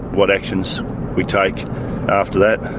what actions we take after that.